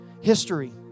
History